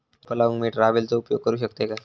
रोपा लाऊक मी ट्रावेलचो उपयोग करू शकतय काय?